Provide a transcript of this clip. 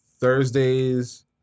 Thursdays